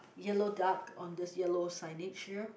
yellow duck on this yellow signage here